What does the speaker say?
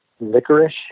licorice